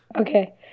Okay